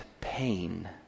pain